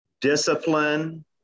discipline